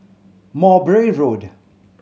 Mowbray Road